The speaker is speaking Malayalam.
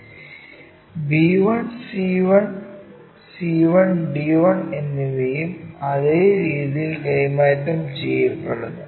b 1 c 1 c 1 d 1 എന്നിവയും അതേ രീതിയിൽ കൈമാറ്റം ചെയ്യപ്പെടുന്നു